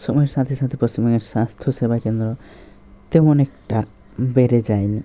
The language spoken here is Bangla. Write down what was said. সময়ের সাথে সাথে পশ্চিমবঙ্গের স্বাস্থ্যসেবা কেন্দ্র তেমন একটা বেড়ে যায়নি